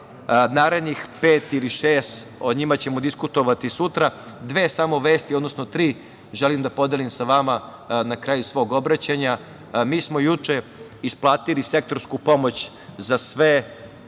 Narednih pet ili šest, o njima ćemo diskutovati sutra. Tri vesti želim da podelim sa vama, na kraju svog obraćanja. Mi smo juče isplatili sektorsku pomoć za sva